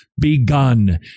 begun